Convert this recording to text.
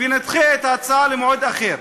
ונדחה את ההצבעה למועד אחר.